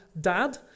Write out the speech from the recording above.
Dad